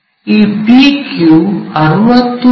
ಈ PQ 60 ಮಿ